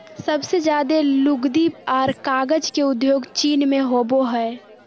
सबसे ज्यादे लुगदी आर कागज के उद्योग चीन मे होवो हय